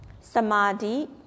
samadhi